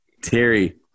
Terry